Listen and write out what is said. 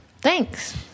Thanks